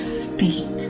speak